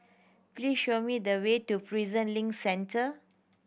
please show me the way to Prison Link Centre